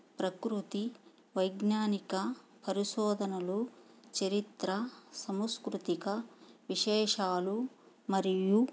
ప్రకృతి వైజ్ఞానిక పరిశోధనలు చరిత్ర సాంస్కృతిక విశేషాలు మరియు